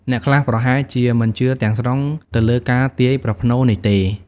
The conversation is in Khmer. អ្នកខ្លះប្រហែលជាមិនជឿទាំងស្រុងទៅលើការទាយប្រផ្នូលនេះទេ។